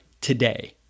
today